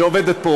שעובדת פה,